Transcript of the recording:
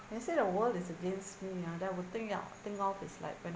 when you say the world is against me ah that would think ah think of is like when